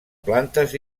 plantes